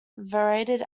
venerated